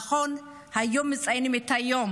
נכון, היום מציינים את היום